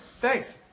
Thanks